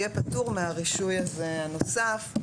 יהיה פטור מהרישוי הנוסף הזה.